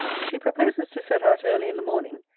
she proposes to set out early in the morning,